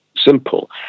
simple